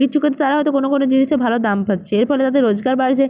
কিছু ক্ষেত্রে তারা হয়তো কোনো কোনো জিনিসের ভালো দাম পাচ্ছে এর ফলে তাদের রোজগার বাড়ছে